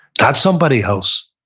not somebody else,